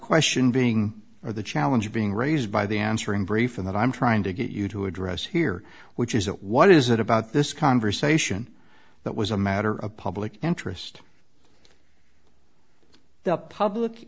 question being or the challenge being raised by the answering brief and that i'm trying to get you to address here which is what is it about this conversation that was a matter of public interest the public